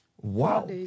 Wow